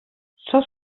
söz